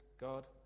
God